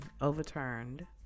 overturned